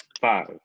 Five